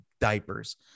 diapers